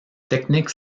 technique